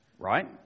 right